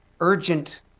urgent